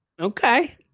Okay